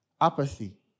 Apathy